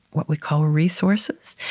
what we call, resources,